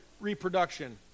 reproduction